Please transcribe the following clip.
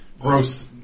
gross